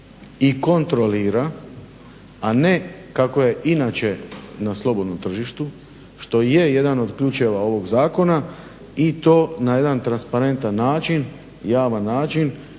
i kontrolira, a ne kako je inače na slobodnom tržištu, što je jedan od ključeva ovog zakona i to na jedan transparentan način, javan način.